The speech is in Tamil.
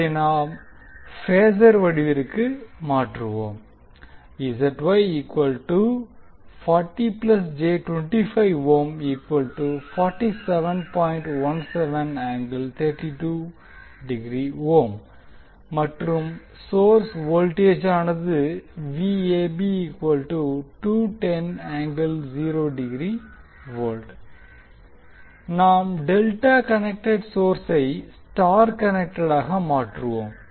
அதை நாம் பேசர் வடிவிற்கு இப்படி மாற்றுவோம் மற்றும் சோர்ஸ் வோல்டேஜானது நாம் டெல்டா கனெக்டெட் சோர்ஸை ஸ்டார் கனெக்டெடாக மாற்றுவோம்